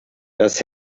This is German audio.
das